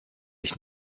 ich